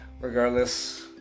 regardless